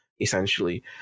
Essentially